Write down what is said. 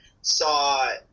saw